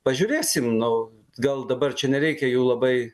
pažiūrėsim nu gal dabar čia nereikia jų labai